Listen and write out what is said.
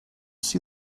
see